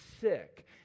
sick